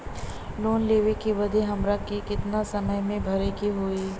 Loan लेवे के बाद हमरा के कितना समय मे भरे के होई?